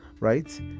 Right